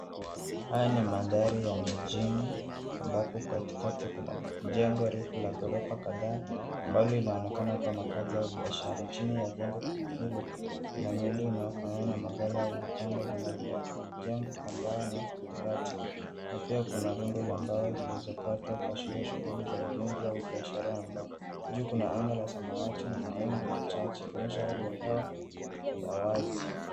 Haya ni mandhari ya mijini ambapo katikati kuna jengo refu la ghorofa kadhaa ambalo linaonekana kuwa makazi au biashara. Chini ya jengo hilo, kuna miundo inaofanana na magala au vibanda vinavyojengwa kwa mbao na mabati na pia kuna rundo la mbao zilizokatwa kuashiria shughuli za ujenzi au biashara ya mbao. Juu kuna anga la samawati na mawingu machache ikionyesha hali ya hewa ya wazi.